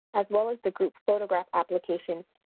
as well as the group photograph application,